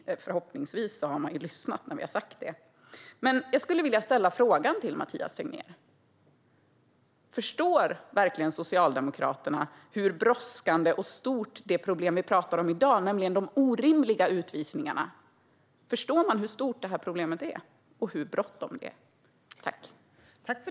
Förhoppningsvis har man lyssnat på vad vi har sagt. Jag skulle vilja ställa frågan till Mathias Tegnér: Förstår verkligen Socialdemokraterna hur brådskande och stort det problem som vi pratar om i dag, nämligen de orimliga utvisningarna, är och hur bråttom det är?